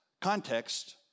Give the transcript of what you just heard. context